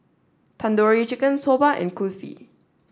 Tandoori Chicken Soba and Kulfi